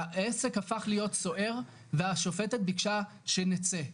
העסק הפך להיות סוער והשופטת ביקשה שנצא,